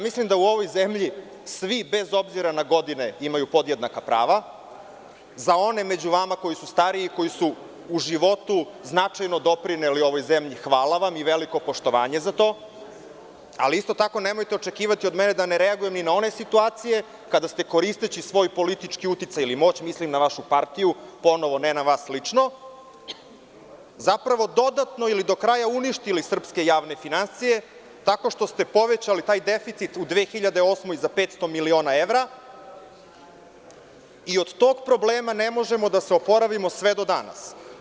Mislim da u ovoj zemlji, svi bez obzira na godine imaju podjednaka prava, za one među vama koji su stariji, koji su u životu značajno doprineli ovoj zemlji, hvala i veliko poštovanje za to, ali isto tako nemojte očekivati da ne reagujem ni na one situacije kada ste, koristeći svoj politički uticaj ili moć, mislim na vašu partiju, ponovo, ne na vas lično, zapravo dodatno ili do kraja uništili srpske javne finansije, tako što ste povećali taj deficit u 2008. godini za 500 miliona evra i od tog problema ne možemo da se oporavimo sve do danas.